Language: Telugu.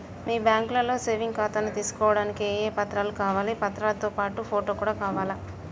మీ బ్యాంకులో సేవింగ్ ఖాతాను తీసుకోవడానికి ఏ ఏ పత్రాలు కావాలి పత్రాలతో పాటు ఫోటో కూడా కావాలా?